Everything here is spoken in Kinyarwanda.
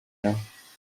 nawe